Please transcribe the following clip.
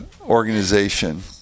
organization